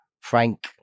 Frank